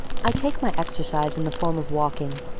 i take my exercise in the form of walking.